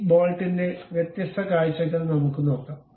ഈ ബോൾട്ടിന്റെ വ്യത്യസ്ത കാഴ്ചകൾ നമുക്ക് നോക്കാം